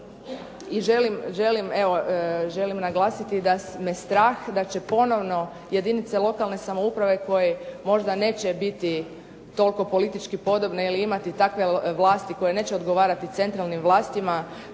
Želim naglasiti da me strah da će ponovno jedinice lokalne samouprave koje možda neće biti toliko politički podobne ili imati takve vlasti koje neće odgovarati centralnim vlastima,